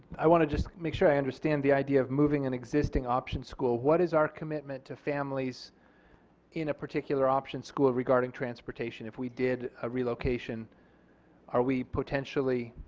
i wanna just make sure i understand the idea of moving an existing option school. what is our commitment to families in a particular option school regarding transportation of we did ah relocation are we potentially,